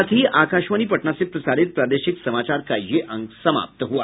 इसके साथ ही आकाशवाणी पटना से प्रसारित प्रादेशिक समाचार का ये अंक समाप्त हुआ